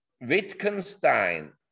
Wittgenstein